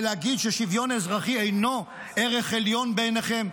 ולהגיד ששוויון אזרחי אינו ערך עליון בעיניכם?